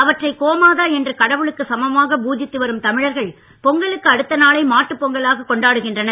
அவற்றை கோமாதா என்று கடவுளுக்கு சமமாக பூஜித்து வரும் தமிழர்கள் பொங்கலுக்கு அடுத்த நாளை மாட்டுப்பொங்கலாக கொண்டாடுகின்றனர்